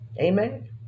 Amen